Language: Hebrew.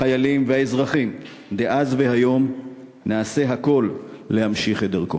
החיילים והאזרחים דאז והיום נעשה הכול להמשיך את דרכו.